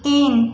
তিন